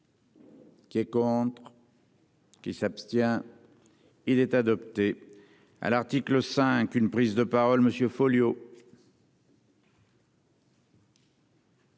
Qui est contre. Qui s'abstient. Il est adopté à l'article 5. Une prise de parole monsieur